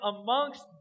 amongst